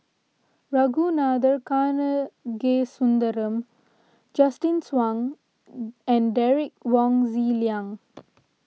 Ragunathar Kanagasuntheram Justin Zhuang and Derek Wong Zi Liang